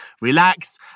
relax